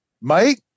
Mike